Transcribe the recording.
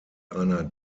einer